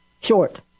short